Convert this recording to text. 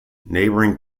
neighbouring